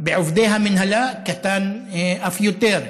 ובעובדי המינהלה הוא קטן אף יותר.